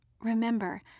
remember